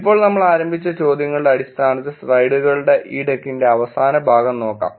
ഇപ്പോൾ നമ്മൾ ആരംഭിച്ച ചോദ്യങ്ങളുടെ അടിസ്ഥാനത്തിൽ സ്ലൈഡുകളുടെ ഈ ഡെക്കിന്റെ അവസാന ഭാഗം നോക്കാം